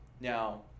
Now